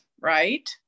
right